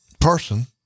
person